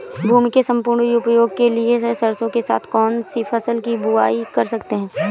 भूमि के सम्पूर्ण उपयोग के लिए सरसो के साथ कौन सी फसल की बुआई कर सकते हैं?